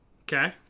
Okay